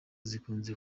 zikunze